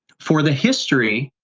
for the history,